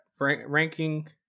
ranking